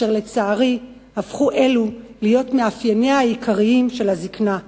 ולצערי אלו הפכו להיות מאפייניה העיקריים של הזיקנה.